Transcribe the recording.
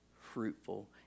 fruitful